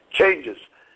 changes